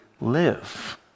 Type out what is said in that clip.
live